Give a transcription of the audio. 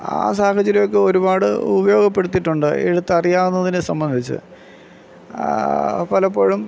ആ സാഹചര്യമൊക്കെ ഒരുപാട് ഉപയോഗപ്പെടുത്തിയിട്ടുണ്ട് എഴുത്ത് അറിയാവുന്നതിനെ സംബന്ധിച്ച് പലപ്പോഴും